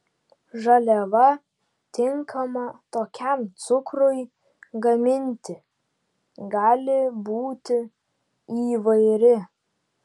žaliava tinkama tokiam cukrui gaminti gali būti įvairi